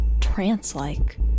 Trance-like